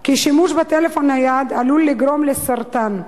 כי השימוש בטלפון נייד עלול לגרום לסרטן.